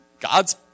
God's